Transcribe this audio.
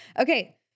Okay